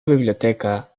biblioteca